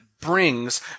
brings